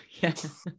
yes